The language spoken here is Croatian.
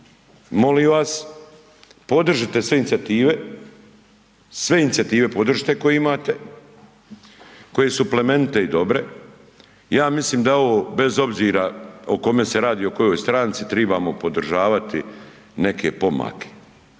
Molim vas podržite sve inicijative, sve inicijative podržite koje imate, koje su plemenite i dobre. Ja mislim da je ovo bez obzira o kome se radi o kojoj stranci tribamo podržavati neke pomake.